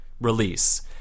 release